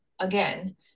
again